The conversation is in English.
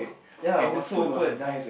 ya was so open